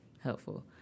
helpful